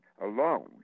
alone